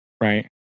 Right